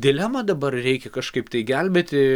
dilemą dabar reikia kažkaip tai gelbėti